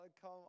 come